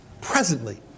presently